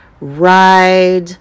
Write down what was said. Ride